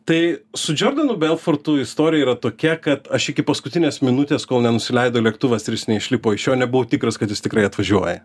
tai su džordanu belfortu istorija yra tokia kad aš iki paskutinės minutės kol nenusileido lėktuvas ir jis neišlipo iš jo nebuvau tikras kad jis tikrai atvažiuoja